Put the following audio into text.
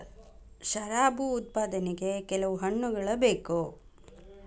ಶರಾಬು ಉತ್ಪಾದನೆಗೆ ಕೆಲವು ಹಣ್ಣುಗಳ ಬೇಕು